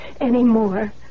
anymore